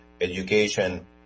education